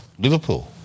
Liverpool